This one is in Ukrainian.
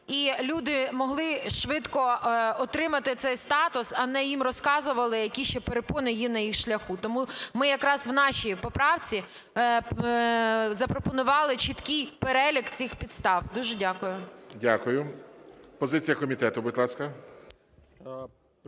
і люди могли швидко отримати цей статус, а не їм розказували, які ще перепони є на їх шляху. Тому ми якраз в нашій поправці запропонували чіткий перелік цих підстав. Дуже дякую. ГОЛОВУЮЧИЙ. Дякую. Позиція комітету, будь ласка.